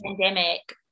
pandemic